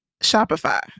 Shopify